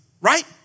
right